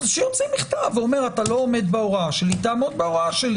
שיוציא מכתב שאומר: אתה לא עומד בהוראה שלי תעמוד הוראה שלי.